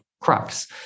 crux